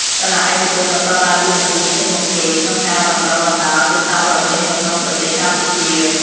សាលាឯកជនបន្តដើរតួនាទីឈានមុខគេក្នុងការបណ្តុះបណ្តាលភាសាបរទេសនៅក្នុងប្រទេសកម្ពុជា។